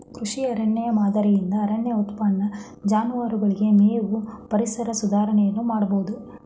ಕೃಷಿ ಅರಣ್ಯ ಮಾದರಿಯಿಂದ ಅರಣ್ಯ ಉತ್ಪನ್ನ, ಜಾನುವಾರುಗಳಿಗೆ ಮೇವು, ಪರಿಸರ ಸುಧಾರಣೆಯನ್ನು ಮಾಡಬೋದು